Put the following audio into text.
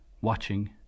watching